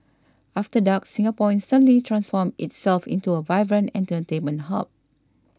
after dark Singapore instantly transforms itself into a vibrant entertainment hub